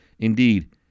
Indeed